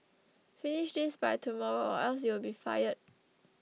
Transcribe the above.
finish this by tomorrow or else you'll be fired